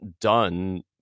done